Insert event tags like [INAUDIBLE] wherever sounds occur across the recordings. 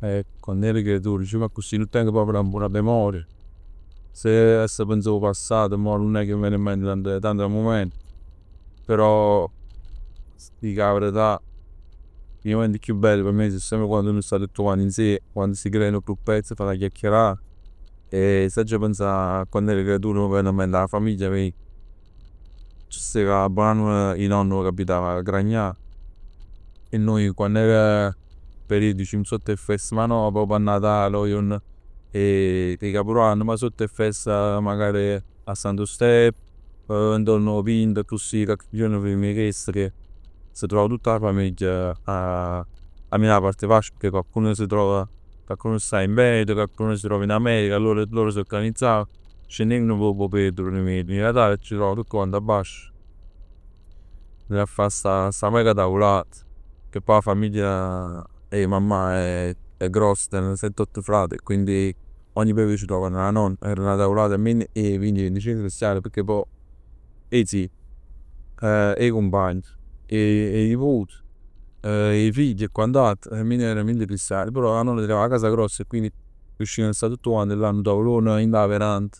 Eh quando ero creatur dicev accussì, nun tengo proprio 'na buona memoria, se avess pensà 'o passato mo nun è ca mi vene in mente tanta mument, però ti dico 'a verità, 'e mument chiù bell p' me so semp quann nuje stamm tutt quant insieme, quann s' crea 'o grupp, s' fa 'na chiacchierata e [HESITATION] si aggià pensà a quann ero creatur m' vene a mente 'a famiglia mij. C' stev 'a bonanema 'e nonno che abitava a Gragnano. E nuje quann era periodo, dicimm sott 'e feste, ma no proprio a Natale o 'o juorn 'e Capodanno, ma sott 'e feste, magari a Santo Stefano [HESITATION] o intorno 'o quinto, accussì cocche juorn 'e chest che s' trova tutt 'a famiglia a me 'a parte 'e vasc e cocched'un sta in Veneto, cocched'uno sta in America, allor s' organizzava. Scenneveno p' 'o periodo 'e Natale e c' truvavam tutt quant abbasc, jevem a fa sta sta mega tavulat. Che poj 'a famiglia [HESITATION] 'e mammà è grossa. Teneno sett, otto frat e quindi ogni vot ca stevem addo 'a nonna era 'na tavulat 'e vint, vinticinc cristian. Pecchè poj 'e zii, 'e cumpagn, 'e niput, 'e figli e quant'altro. Almeno erevem vint cristian. Però 'a nonna tenev 'a casa grossa e quindi riuscivano a sta tutt quant là. Nu tavolone dint 'a veranda.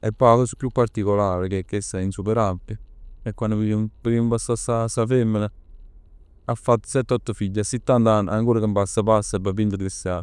E poi 'a cosa chiù particolare che chest è insuperabile è quann veriemm 'e passà a sta femmena che 'a fatt sett ott figli, a sittant'ann, ancora che mpasta p' vint cristian.